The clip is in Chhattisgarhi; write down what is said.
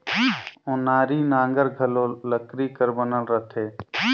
ओनारी नांगर घलो लकरी कर बनल रहथे